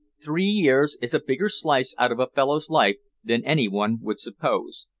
three years is a bigger slice out of a fellow's life than anyone would suppose.